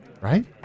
Right